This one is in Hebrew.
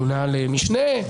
מונה למשנה.